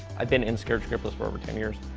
i've been in scared scriptless for over ten years,